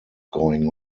going